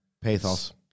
Pathos